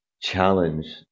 challenge